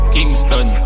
Kingston